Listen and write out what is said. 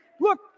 look